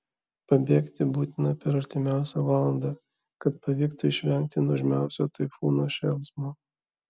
pabėgti būtina per artimiausią valandą kad pavyktų išvengti nuožmiausio taifūno šėlsmo